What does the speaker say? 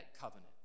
covenant